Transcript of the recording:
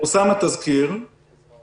הושם תזכיר הצעת החוק.